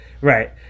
right